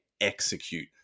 execute